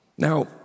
Now